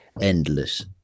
endless